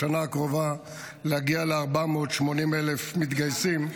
בשנה הקרובה להגיע ל-480,000 מתגייסים.